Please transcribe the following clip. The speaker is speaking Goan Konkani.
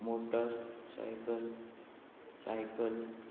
motor cycle cycle